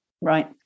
right